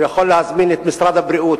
הוא יכול להזמין את משרד הבריאות,